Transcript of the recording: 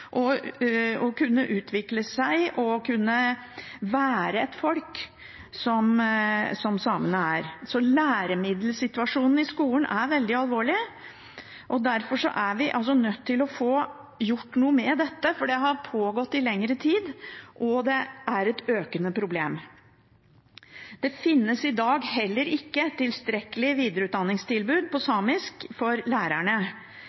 og for å kunne utvikle seg og være ett folk, som samene er. Læremiddelsituasjonen i skolen er veldig alvorlig, og derfor er vi altså nødt til å få gjort noe med dette, for det har pågått i lengre tid, og det er et økende problem. Det finnes i dag heller ikke tilstrekkelig videreutdanningstilbud om samisk for lærerne,